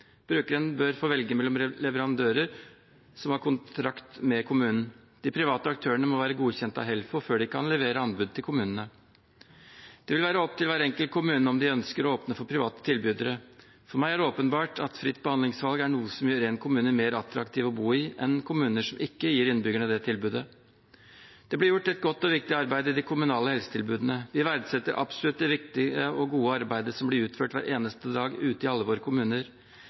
Brukeren bør få velge mellom leverandører som har kontrakt med kommunen. De private aktørene må være godkjent av Helfo før de kan levere anbud til kommunene. Det vil være opp til hver enkelt kommune om de ønsker å åpne for private tilbydere. For meg er det åpenbart at fritt behandlingsvalg er noe som gjør en kommune mer attraktiv å bo i enn kommuner som ikke gir innbyggerne det tilbudet. Det blir gjort et godt og viktig arbeid i de kommunale helsetilbudene. Vi verdsetter absolutt det viktige og gode arbeidet som blir utført hver eneste dag ute i alle våre kommuner,